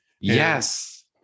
Yes